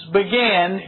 began